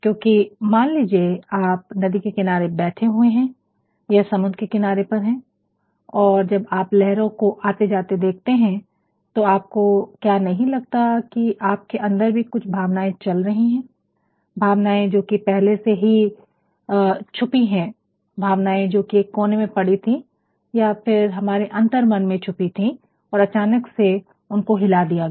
क्योंकि मान लीजिए आप नदी के किनारे बैठे हुए हैं या आप समुद्र के किनारे पर हैं और जब आप लहरों को आते जाते देखते हैं तो आपको क्या नहीं लगता कि आपके अंदर भी कुछ भावनाएं चल रही हैं भावनाएं जो कि पहले से ही छुपी हैं भावनाएं जो कि एक कोने में पड़ी थी या फिर हमारे अंतर्मन में छुपी थी और अचानक से उनको हिला दिया गया